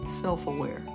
self-aware